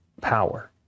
power